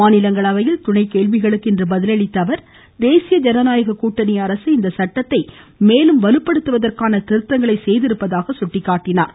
மாநிலங்களவையில் துணை கேள்விகளுக்கு இன்று பதிலளித்த அவர் தேசிய ஜனநாயக கூட்டணி அரசு இந்த சட்டத்தை மேலும் வலுப்படுத்துவதற்கான திருத்தங்களை செய்திருப்பதாக சுட்டிக்காட்டினார்